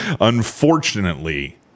Unfortunately